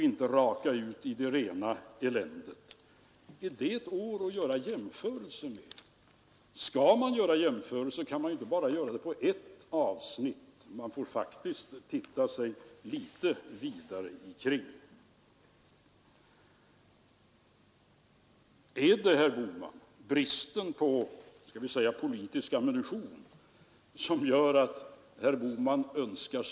Jag läste för någon vecka sedan att det som sagt är bedrövligt att inte Sträng begriper något av det här. Man anförde bl.a. att Adolf Hitler hade en finansminister som förstod finheten och riktigheten i Keynes” teorier.